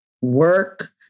work